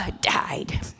died